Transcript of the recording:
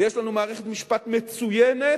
ויש לנו מערכת משפט מצוינת,